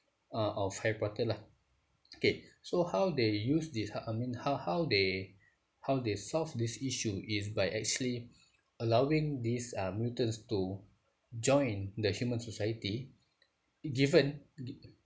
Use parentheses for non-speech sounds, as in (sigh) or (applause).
uh of harry potter lah (noise) okay so how they use this I mean how how they how they solve this issue is by actually (breath) allowing these uh mutants to join the human society given giv~